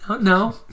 No